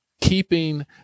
keeping